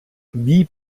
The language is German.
wie